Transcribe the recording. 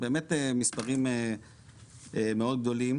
באמת מספרים מאוד גדולים,